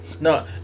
No